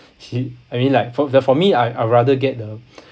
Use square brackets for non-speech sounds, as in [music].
[laughs] I mean like for t~ for me I I'd rather get the